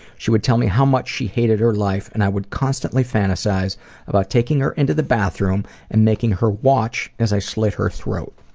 she would tell me how much she hated her life and i would constantly fantasize about taking her into the bathroom and making her watch as i slit her throat.